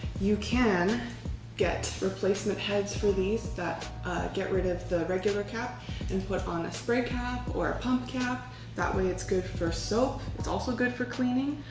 you can get replacement heads for these that get rid of the regular cap and put on a spray cap or a pump cap that way it's good for soap. it's also good for cleaning.